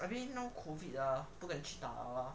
I mean now COVID ah 不能去打了:bu neng qu dale ah